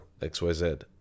XYZ